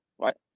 right